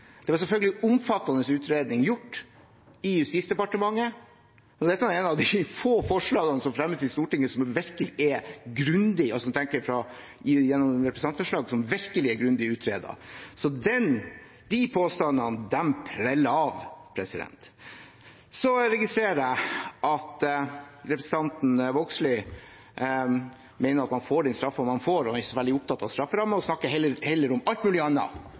Det var selvfølgelig gjort en omfattende utredning i Justisdepartementet. Dette er et av de få representantforslagene som er fremmet i Stortinget som virkelig er grundig utredet – så de påstandene preller av. Så registrerer jeg at representanten Vågslid mener at man får den straffen man får, og at hun ikke er så opptatt av strafferammen. Hun snakker heller om alt mulig annet.